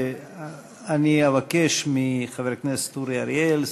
אני אבקש מחבר הכנסת אורי אריאל,